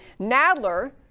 Nadler